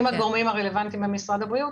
עם הגורמים הרלוונטיים במשרד הבריאות,